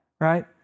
right